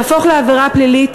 יהפוך לעבירה פלילית,